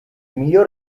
miglior